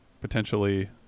potentially